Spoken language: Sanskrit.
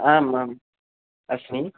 आम् आम् अस्मि